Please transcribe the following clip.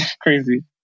crazy